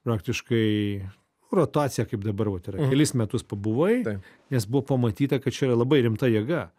praktiškai rotacija kaip dabar vat yra kelis metus pabuvai nes buvo pamatyta kad čia yra labai rimta jėga